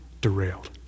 derailed